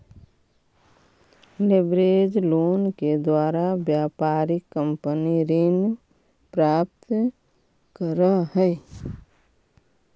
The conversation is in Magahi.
लेवरेज लोन के द्वारा व्यापारिक कंपनी ऋण प्राप्त करऽ हई